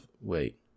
Wait